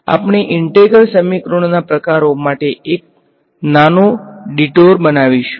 તેથી આપણે ઈન્ટેગ્રલ સમીકરણોના પ્રકારો માટે એક નાનો ડીટોર બનાવીશું